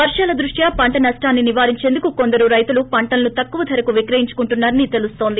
వర్షాల దృష్ట్యా పంట నష్టాన్ని నివారించేందుకు కొందరు రైతులు పంటలను తక్కువ ధరకు విక్రయించుకుంటున్నా రని తెలున్తోంది